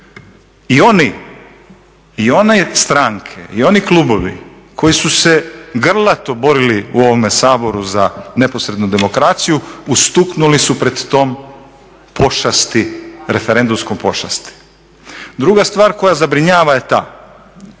Dakle, i one stranke i oni klubovi koji su se grlato borili u ovome Saboru za neposrednu demokraciju ustuknuli su pred tom pošasti, referendumskom pošasti. Druga stvar koja zabrinjava je ta,